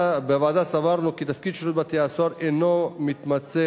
בוועדה סברנו כי תפקיד שירות בתי-הסוהר אינו מתמצה